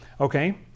okay